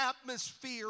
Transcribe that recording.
atmosphere